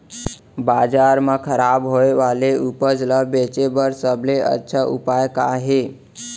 बाजार मा खराब होय वाले उपज ला बेचे बर सबसे अच्छा उपाय का हे?